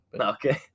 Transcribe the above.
Okay